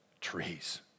trees